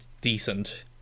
decent